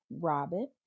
Robin